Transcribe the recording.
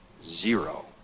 zero